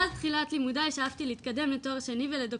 מאז תחילת לימודיי שאפתי להתקדם לתואר שני ולדוקטורט.